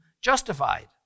justified